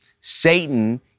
Satan